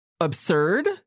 absurd